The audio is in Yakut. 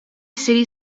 сэрии